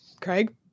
Craig